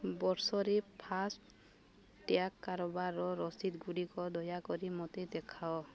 ବର୍ଷରେ ଫାସ୍ଟ୍ୟାଗ୍ କାରବାରର ରସିଦ ଗୁଡ଼ିକ ଦୟାକରି ମୋତେ ଦେଖାଅ